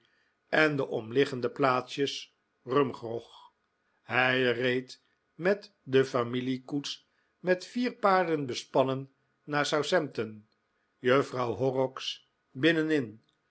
en de omliggende plaatsjes rumgrog hij reed met de familiekoets met vier paarden bespannen naar southampton juffrouw horrocks binnenin